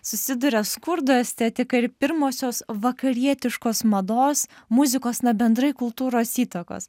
susiduria skurdo estetika ir pirmosios vakarietiškos mados muzikos na bendrai kultūros įtakos